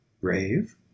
brave